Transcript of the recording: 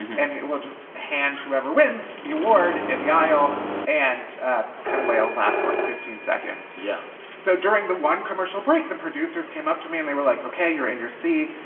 and we'll just hand whoever wins the award in the aisle and ah cut away. it'll last, like, fifteen seconds yeah so during the one commercial break, the producers came up to me and they were like, ok, you're in your seat.